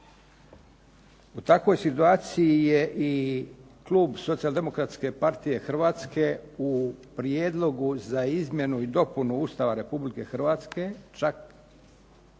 U takvoj situaciji je i klub Socijal-demokratske partije Hrvatske u prijedlogu za izmjenu i dopunu Ustava Republike Hrvatske čak